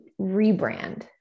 rebrand